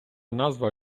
назва